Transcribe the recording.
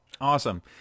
Awesome